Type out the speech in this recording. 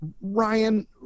Ryan